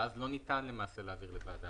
ואז לא ניתן למעשה להעביר לוועדה אחרת.